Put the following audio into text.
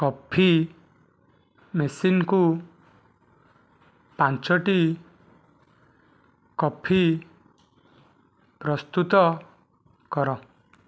coffee ମେସିନ୍କୁ ପାଞ୍ଚଟି coffee ପ୍ରସ୍ତୁତ କର